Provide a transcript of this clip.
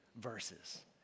verses